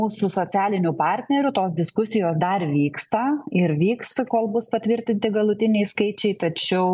mūsų socialinių partnerių tos diskusijos dar vyksta ir vyks kol bus patvirtinti galutiniai skaičiai tačiau